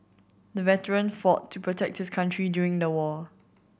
the veteran fought to protect his country during the war